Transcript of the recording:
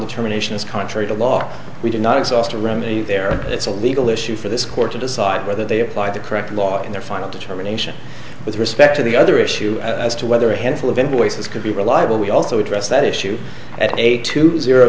determination is contrary to law we do not exhaust a remedy there it's a legal issue for this court to decide whether they apply the correct law in their final determination with respect to the other issue as to whether a handful of invoices could be reliable we also address that issue at eight to zero